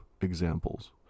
examples